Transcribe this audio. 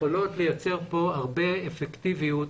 יכולים לייצר כאן הרבה אפקטיביות.